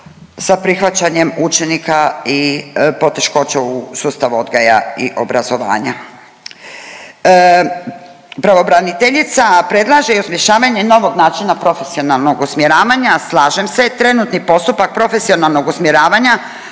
sa prihvaćanjem učenika i poteškoća u sustav odgoja i obrazovanja. Pravobraniteljica predlaže i osmišljavanje novog načina profesionalnog usmjeravanja. Slažem se, trenutni postupak profesionalnog usmjeravanja